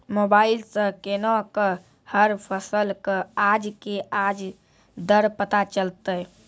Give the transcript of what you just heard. Mobile सऽ केना कऽ हर फसल कऽ आज के आज दर पता चलतै?